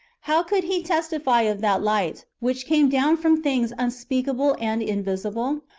how could he testify of that light, which came down from things unspeakable and invisible?